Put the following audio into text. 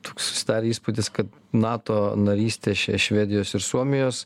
toks susidarė įspūdis kad nato narystė švedijos ir suomijos